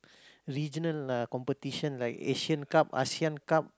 regional uh competition like Asian-Cup Asean-Cup